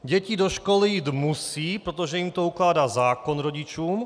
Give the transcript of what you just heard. Děti do školy jít musí, protože jim to ukládá zákon rodičům.